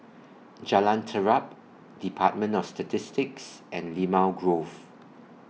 Jalan Terap department of Statistics and Limau Grove